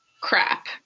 crap